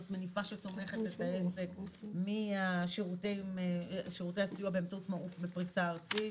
זאת מניפה שתומכת את העסק משירותי הסיוע באמצעות מעו"ף בפריסה ארצית,